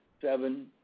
seven